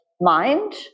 mind